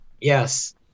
Yes